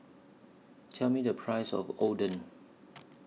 Tell Me The Price of Oden